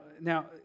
Now